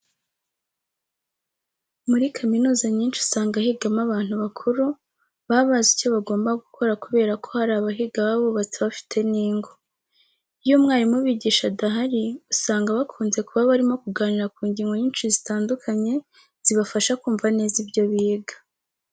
Muri kaminuza nyinshi usanga higamo abantu bakuru baba bazi icyo bagomba gukora kubera ko hari abahiga baba bubatse bafite n'ingo. Iyo umwarimu ubigisha adahari usanga bakunze kuba barimo kuganira ku ngingo nyinshi zitandukanye zibafasha kumva neza ibyo biga.